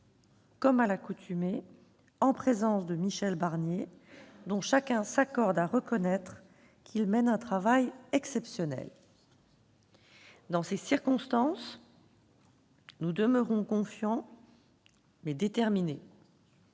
comme à l'accoutumée, en présence de Michel Barnier, dont chacun s'accorde à reconnaître qu'il mène un travail exceptionnel. Dans ces circonstances, nous demeurons confiants et déterminés.